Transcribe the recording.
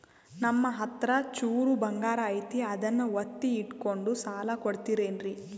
ನಮ್ಮಹತ್ರ ಚೂರು ಬಂಗಾರ ಐತಿ ಅದನ್ನ ಒತ್ತಿ ಇಟ್ಕೊಂಡು ಸಾಲ ಕೊಡ್ತಿರೇನ್ರಿ?